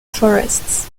forests